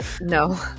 no